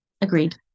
agreed